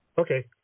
Okay